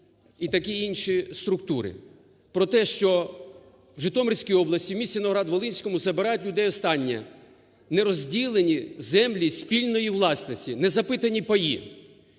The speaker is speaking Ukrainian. і такі інше структури. Про те, що в Житомирській області, в місті Новоград-Волинському забирають в людей останнє, не розділені землі спільної власності, незапитані паї.